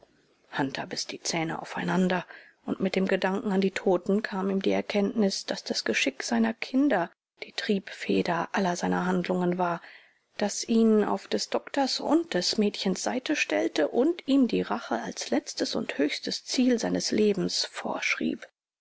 biß die zähne aufeinander und mit dem gedanken an die toten kam ihm die erkenntnis daß das geschick seiner kinder die triebfeder aller seiner handlungen war das ihn auf des doktors und des mädchens seite stellte und ihm die rache als letztes und höchstes ziel seines lebens vorschrieb